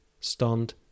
stunned